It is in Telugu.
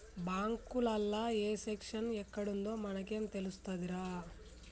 బాంకులల్ల ఏ సెక్షను ఎక్కడుందో మనకేం తెలుస్తదిరా